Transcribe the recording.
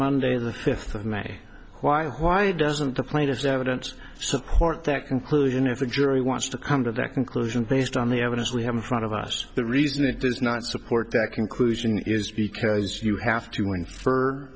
monday the fifth of may why why doesn't the plaintiff's evidence support that conclusion if the jury wants to come to that conclusion based on the evidence we have in front of us the reason it does not support that conclusion is because you have to in